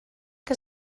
que